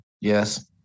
Yes